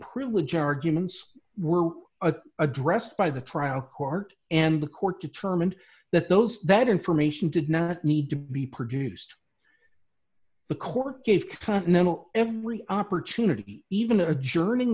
privilege arguments were a addressed by the trial court and the court determined that those that information did not need to be produced the court gave continental every opportunity even adjourn